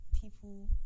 people